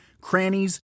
crannies